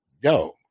yo